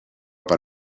per